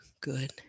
good